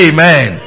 Amen